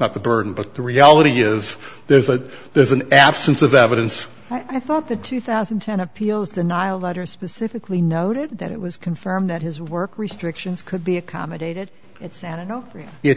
not the burden but the reality is there's a there's an absence of evidence i thought the two thousand and ten appeals denial letter specifically noted that it was confirmed that his work restrictions could be accommodated it's an know it